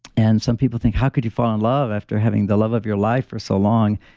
and some people think how could you fall in love after having the love of your life for so long?